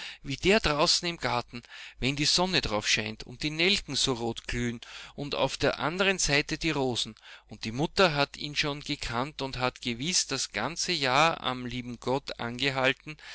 wie der draußen im garten wenn die sonne darauf scheint und die nelken so rot glühen und auf der anderen seite die rosen und die mutter hat ihn schon gekannt und hat gewiß das ganze jahr am lieben gott angehalten